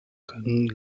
können